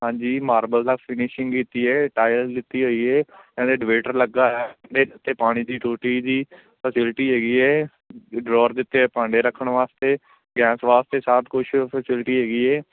ਹਾਂਜੀ ਮਾਰਬਲ ਦਾ ਫਿਨਿਸ਼ਿੰਗ ਕੀਤੀ ਹੈ ਟਾਇਲ ਲਿਤੀ ਹੋਈ ਹੈ ਨਾਲ ਡਵੇਟਰ ਲੱਗਾ ਹੋਇਆ ਅਤੇ ਉੱਤੇ ਪਾਣੀ ਦੀ ਟੂਟੀ ਦੀ ਫੈਸਲਿਟੀ ਹੈਗੀ ਹੈ ਡਰੋਰ ਦੇ ਉੱਤੇ ਇਹ ਭਾਂਡੇ ਰੱਖਣ ਵਾਸਤੇ ਗੈਸ ਵਾਸਤੇ ਸਭ ਕੁਛ ਫੈਸਲਿਟੀ ਹੈਗੀ ਹੈ